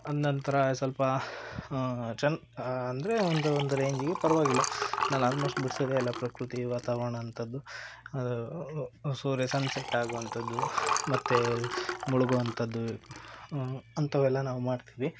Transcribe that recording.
ಅದ್ರ ನಂತರ ಸ್ವಲ್ಪ ಚನ್ ಅಂದ್ರೆ ಒಂದು ಒಂದು ರೇಂಜಿಗೆ ಪರವಾಗಿಲ್ಲ ನಾನು ಆಲ್ಮೋಸ್ಟ್ ಬಿಡಿಸೋದೇ ಎಲ್ಲ ಪ್ರಕೃತಿ ವಾತಾವರಣ ಅಂಥದ್ದು ಸೂರ್ಯ ಸನ್ಸೆಟ್ ಆಗುವಂಥದ್ದು ಮತ್ತು ಮುಳುಗೋ ಅಂಥದ್ದು ಅಂಥವೆಲ್ಲ ನಾವು ಮಾಡ್ತೀವಿ